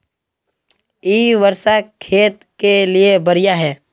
इ वर्षा खेत के लिए बढ़िया है?